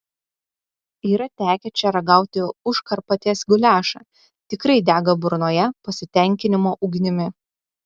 yra tekę čia ragauti užkarpatės guliašą tikrai dega burnoje pasitenkinimo ugnimi